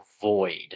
void